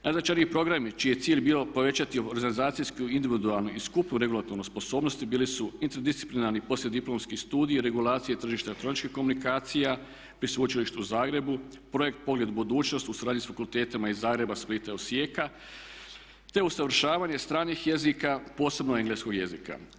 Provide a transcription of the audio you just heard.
Najznačajniji programi čiji je cilj bio povećati organizacijsku, individualnu i skupnu regulatornu sposobnost bili su interdisciplinarni poslijediplomski studiji regulacije tržišta elektroničkih komunikacija pri Sveučilištu u Zagrebu, projekt Pogled budućnosti u suradnji s fakultetima iz Zagreba, Splita i Osijeka, te usavršavanje stranih jezika posebno engleskog jezika.